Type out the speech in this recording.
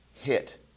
hit